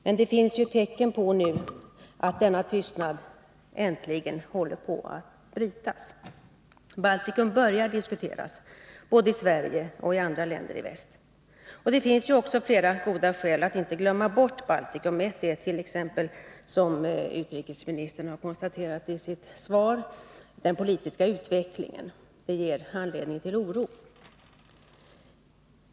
Men det finns nu tecken på att denna tystnad äntligen håller på att brytas: Baltikum börjar diskuteras både i Sverige och i andra länder i väst. Det finns ju också flera goda skäl att inte glömma bort Baltikum -— ett är t.ex., som utrikesministern har konstaterat i sitt svar, den politiska utvecklingen där, som ger anledning till oro.